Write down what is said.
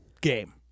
game